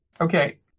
Okay